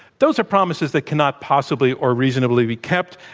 those are promises that cannot possibly or reasonably be kept.